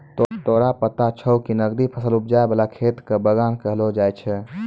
तोरा पता छौं कि नकदी फसल उपजाय वाला खेत कॅ बागान कहलो जाय छै